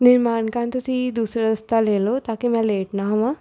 ਨਿਰਮਾਣਕਾਨ ਤੁਸੀਂ ਦੂਸਰਾ ਰਸਤਾ ਲੈ ਲਉ ਤਾਂ ਕਿ ਮੈਂ ਲੇਟ ਨਾ ਹੋਵਾਂ